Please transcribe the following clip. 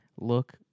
look